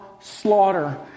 slaughter